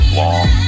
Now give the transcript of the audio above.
long